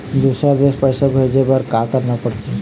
दुसर देश पैसा भेजे बार का करना पड़ते?